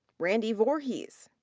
randi voorhies.